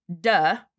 duh